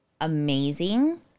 amazing